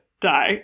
die